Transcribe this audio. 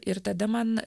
ir tada man